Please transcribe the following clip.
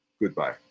Goodbye